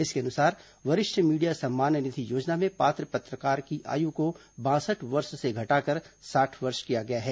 इसके अनुसार वरिष्ठ मीडिया सम्मान निधि योजना में पात्र पत्रकार की आयु को बासठ वर्ष से घटाकर साठ वर्ष किया गया है